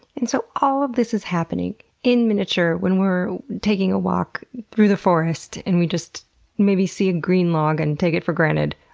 and so all of this is happening in miniature when we're taking a walk through the forest and we maybe see a green log and take it for granted?